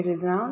എഴുതാം